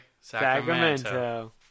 Sacramento